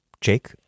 Jake